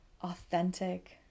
authentic